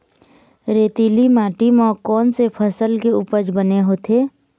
रेतीली माटी म कोन से फसल के उपज बने होथे?